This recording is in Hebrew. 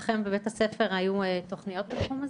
לכם בבית הספר היו תוכניות בתחום הזה?